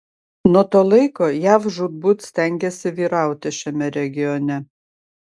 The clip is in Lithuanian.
nuo to laiko jav žūtbūt stengėsi vyrauti šiame regione